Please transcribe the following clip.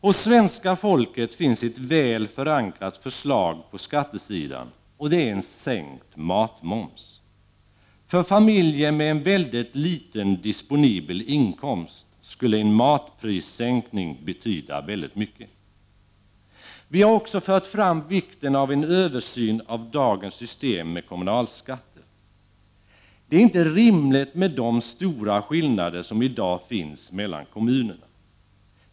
Hos svenska folket finns ett väl förankrat förslag på skattesidan, och det är en sänkt matmoms. För familjer med en väldigt liten disponibel inkomst skulle en matprissänkning betyda mycket. Vi har också fört fram vikten av en översyn av dagens system med kommunalskatter. Det är inte rimligt med de stora skillnader som i dag finns mellan kommunerna.